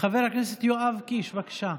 חבר הכנסת יואב קיש, בבקשה.